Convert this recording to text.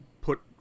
put